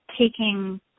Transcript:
taking